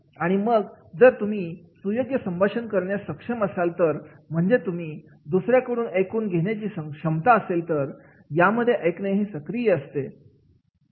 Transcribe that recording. आणि मग जर तुम्ही सुयोग्य संभाषण करण्यास सक्षम असाल तर म्हणजे तुम्ही दुसऱ्याकडून ऐकून घेण्यासाठी सक्षम असता यामध्ये ऐकणे हे सक्रिय असते